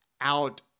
out